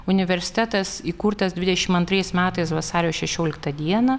universitetas įkurtas dvidešimt antrais metais vasario šešioliktą dieną